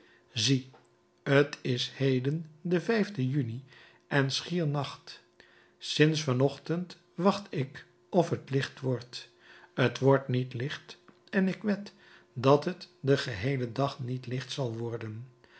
zie t is heden de juni en schier nacht sinds van ochtend wacht ik of het licht wordt t wordt niet licht en ik wed dat het den geheelen dag niet licht zal worden